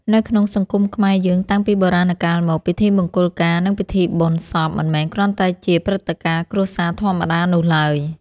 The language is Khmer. នៅក្នុងសង្គមខ្មែរយើងតាំងពីបុរាណកាលមក ពិធីមង្គលការនិងពិធីបុណ្យសពមិនមែនគ្រាន់តែជាព្រឹត្តិការណ៍គ្រួសារធម្មតានោះឡើយ។